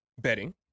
betting